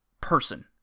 person